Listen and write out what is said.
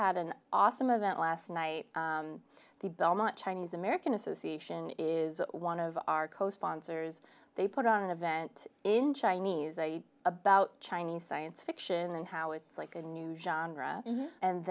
had an awesome about last night the belmont chinese american association is one of our co sponsors they put on an event in chinese a about chinese science fiction and how it's like a new genre and